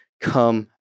come